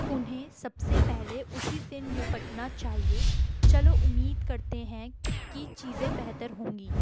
انہیں سب سے پہلے اسی سے نپٹنا چاہیے چلو امید کرتے ہیں کہ چیزیں بہتر ہوں گی